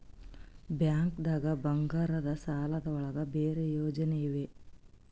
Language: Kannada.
ಬ್ಯಾಂಕ್ದಾಗ ಬಂಗಾರದ್ ಸಾಲದ್ ಒಳಗ್ ಬೇರೆ ಯೋಜನೆ ಇವೆ?